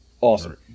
Awesome